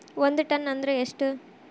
ಒಂದ್ ಟನ್ ಅಂದ್ರ ಎಷ್ಟ?